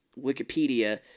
Wikipedia